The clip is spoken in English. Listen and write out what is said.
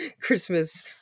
christmas